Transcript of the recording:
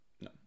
No